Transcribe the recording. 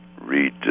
read